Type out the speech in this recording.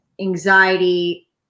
anxiety